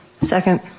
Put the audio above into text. Second